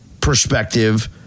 perspective